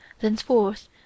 thenceforth